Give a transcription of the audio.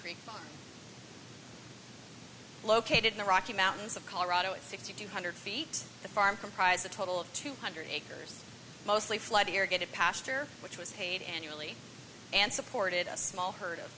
park located in the rocky mountains of colorado at sixty two hundred feet the farm comprise a total of two hundred acres mostly flood irrigated pastor which was paid annually and supported a small herd of